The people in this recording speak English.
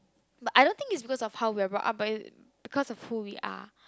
but I don't think its because of how we are brought up but because are who we are